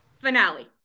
Finale